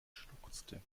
schluchzte